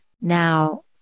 Now